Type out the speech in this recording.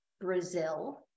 Brazil